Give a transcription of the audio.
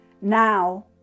now